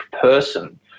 person